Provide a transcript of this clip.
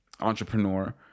entrepreneur